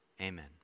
Amen